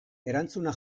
erantzuna